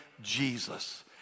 Jesus